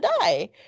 die